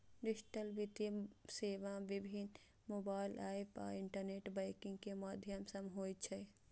digital वित्तीय सेवा विभिन्न मोबाइल एप आ इंटरनेट बैंकिंग के माध्यम सं होइ छै